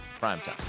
Primetime